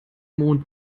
mond